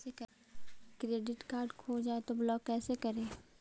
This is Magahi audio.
क्रेडिट कार्ड खो जाए तो ब्लॉक कैसे करी?